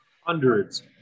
Hundreds